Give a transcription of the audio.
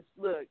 look